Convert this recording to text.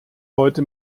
heute